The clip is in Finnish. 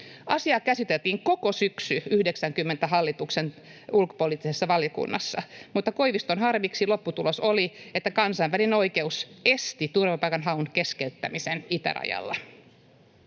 Asiaa käsiteltiin koko syksy 90 hallituksen ulkopoliittisessa valiokunnassa, mutta Koiviston harmiksi lopputulos oli, että kansainvälinen oikeus esti turvapaikanhaun keskeyttämisen itärajalla.